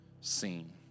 seen